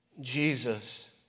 Jesus